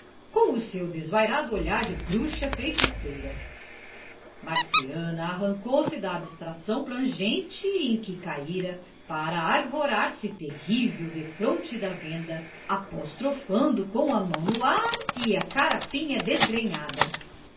imóvel com o seu desvairado olhar de bruxa feiticeira marciana arrancou se da abstração plangente em que caíra para arvorar se terrível defronte da venda apostrofando com a mão no ar e a carapinha desgrenhada